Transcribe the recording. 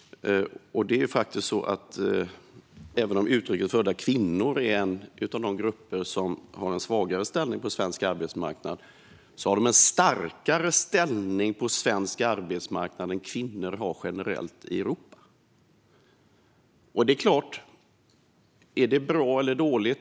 Även om utrikes födda kvinnor är en av de grupper som har en svagare ställning på svensk arbetsmarknad har de en starkare ställning än vad kvinnor har generellt i Europa. Är detta bra eller dåligt?